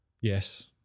yes